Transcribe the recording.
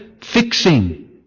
fixing